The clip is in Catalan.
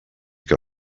que